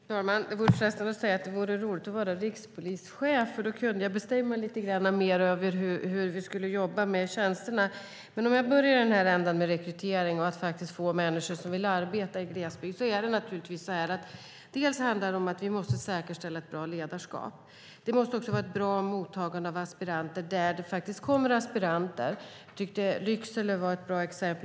Fru talman! Det känns frestande att säga att det vore roligt att vara rikspolischef, för då kunde jag bestämma lite mer över hur vi skulle jobba med tjänsterna. Jag börjar i ändan med rekryteringen och att få människor vill arbeta i glesbygd. Dels måste vi säkerställa ett bra ledarskap, dels måste det vara ett bra mottagande av aspiranter. Jag tycker att Lycksele är ett bra exempel.